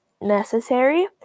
necessary